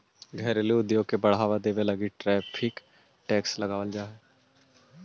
घरेलू उद्योग के बढ़ावा देवे लगी टैरिफ टैक्स लगावाल जा हई